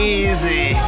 easy